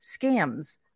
scams